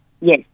Yes